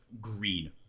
green